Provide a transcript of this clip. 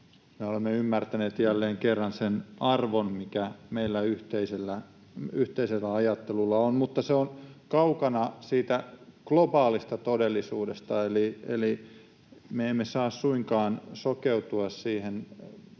olemme ymmärtäneet jälleen kerran sen arvon, mikä meidän yhteisellä ajattelulla on, mutta se on kaukana globaalista todellisuudesta, eli me emme saa suinkaan sokeutua siihen